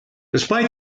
despite